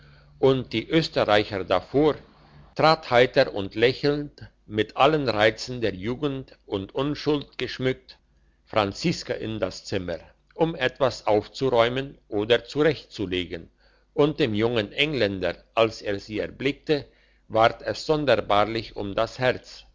und die österreicher davor trat heiter und lächelnd mit allen reizen der jugend und unschuld geschmückt franziska in das zimmer um etwas aufzuräumen oder zurechtzulegen und dem jungen engländer als er sie erblickte ward es sonderbarlich um das herz